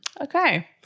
okay